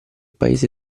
paese